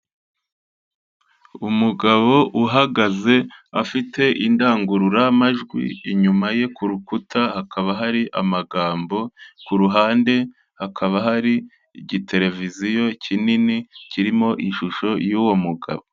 Umugabo uhagaze afite indangururamajwi, inyuma ye ku rukuta hakaba hari amagambo, ku ruhande hakaba hari igitereviziyo kinini kirimo ishusho y'uwo mugabo.